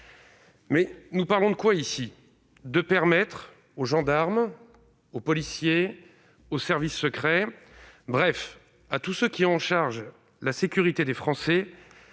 des décrets. Il s'agit ici de permettre aux gendarmes, aux policiers, aux services secrets, bref à tous ceux qui ont en charge la sécurité des Français,